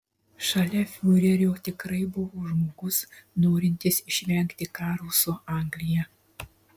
šalia fiurerio tikrai buvo žmogus norintis išvengti karo su anglija